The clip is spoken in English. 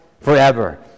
forever